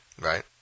Right